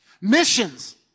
Missions